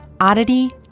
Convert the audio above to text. oddity